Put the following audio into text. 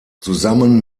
zusammen